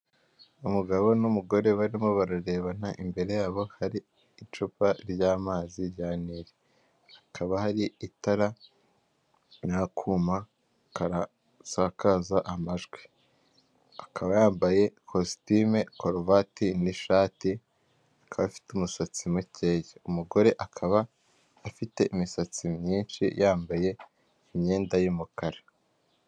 Umugabo n'umugore barimo bararebana imbere yabo hari icupa ry'amazi rya nili, hakaba hari itara n'akuma kasakaza amajwi, akaba yambaye ikositime karuvati n'ishati akaba afite umusatsi mukeya, umugore akaba afite imisatsi myinshi yambaye imyenda y'umukara.